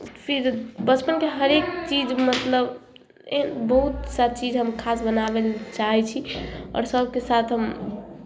फेर बचपनके हरेक चीज मतलब एहन बहुत सा चीज हम खास बनाबय लए चाहै छी आओर सभके साथ हम